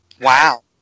Wow